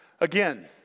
Again